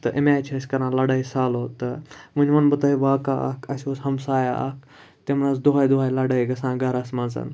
تہٕ اَمہِ آے چھِ أسۍ کَران لَڑٲے سالوٗ تہٕ وٕنہِ وَنہٕ بہٕ تۄہہِ واقع اَکھ اَسہِ اوس ہمسایہ اَکھ تِمَن ٲس دۄہَے دۄہَے لَڑٲے گژھان گرَس منٛز